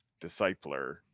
discipler